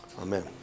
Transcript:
Amen